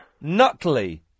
Nutley